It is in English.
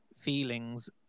feelings